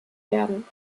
werden